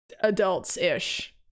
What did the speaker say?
adults-ish